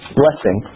blessing